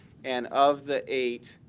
and of the eight,